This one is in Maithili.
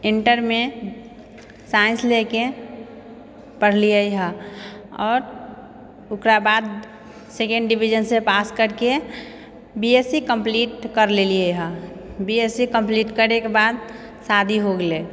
इन्टरमे साइंस लए के पढलियै हऽ आओर ओकरा बाद सेकंड डिविजनसे पास करके बी एस सी कम्पलीट कर लेलियै हऽ B S C B S C complete करेके बाद शादी हो गेले